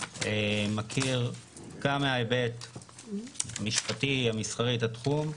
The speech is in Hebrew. מכיר גם מההיבט המשפטי, המסחרית, את התחום,